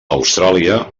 austràlia